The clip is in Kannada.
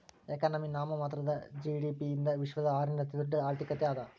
ಎಕನಾಮಿ ನಾಮಮಾತ್ರದ ಜಿ.ಡಿ.ಪಿ ಯಿಂದ ವಿಶ್ವದ ಆರನೇ ಅತಿದೊಡ್ಡ್ ಆರ್ಥಿಕತೆ ಅದ